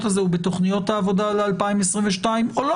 הזה הוא בתוכניות העבודה על 2022 או לא?